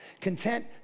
content